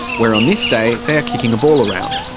where on this day they are kicking a ball around.